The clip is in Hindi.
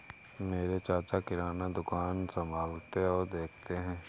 मेरे चाचा किराना दुकान संभालते और देखते हैं